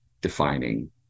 defining